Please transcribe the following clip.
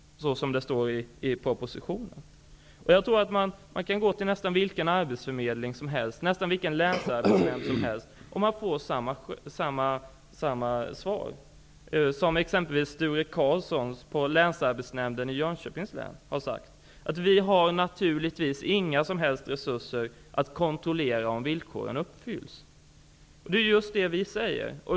Så står det i propositionen. Jag tror att man kan gå till vilken arbetsförmedling som helst, till nästan vilken länsarbetsnämnd som helst och få samma svar som exempelvis Sture Karlsson på länsarbetsnämnden i Jönköpings län har gett: Vi har naturligtvis inga som helst resurser att kontrollera om villkoren uppfyllls. Det är just det vi säger.